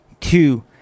two